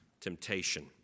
temptation